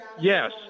Yes